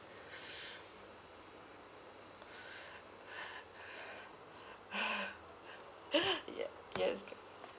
ya yes